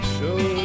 Show